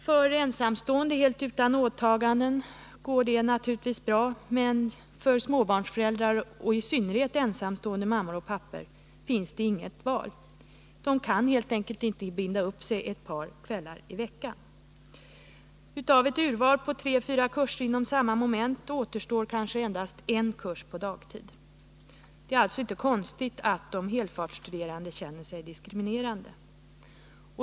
För ensamstående helt utan åtaganden för hem och familj går det naturligtvis bra, men för småbarnsföräldrar — i synnerhet ensamstående mammor och pappor — finns det inget val. De kan helt enkelt inte binda upp sig ett par kvällar i veckan. Av ett urval på tre fyra kurser inom samma moment återstår kanske endast en kurs på dagtid. Det är alltså inte konstigt att de helfartsstuderande känner sig diskriminerade.